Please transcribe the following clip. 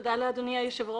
תודה לאדוני היושב ראש.